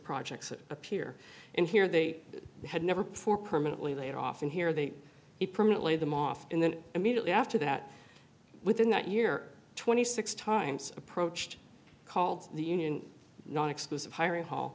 projects appear in here they had never before permanently laid off and here they he permanently them off and then immediately after that within that year twenty six times approached called the union non exclusive hiring hall